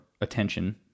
attention